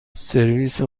سرویس